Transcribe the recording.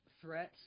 threats